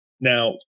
Now